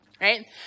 Right